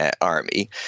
army